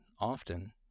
often